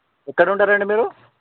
ఎక్కడ ఉంటారు అండి మీరు